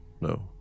no